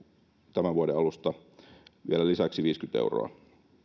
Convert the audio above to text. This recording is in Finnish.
tämän vuoden alusta vielä lisäksi viisikymmentä euroa